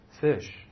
fish